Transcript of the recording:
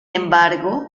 embargo